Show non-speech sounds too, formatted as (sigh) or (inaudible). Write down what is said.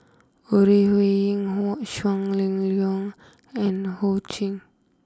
Ore Huiying (unintelligible) Shang Liuyun and Ho Ching